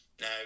now